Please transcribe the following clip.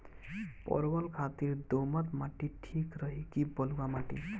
परवल खातिर दोमट माटी ठीक रही कि बलुआ माटी?